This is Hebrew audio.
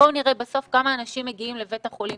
בואו נראה בסוף כמה אנשים מגיעים לבית החולים.